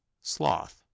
sloth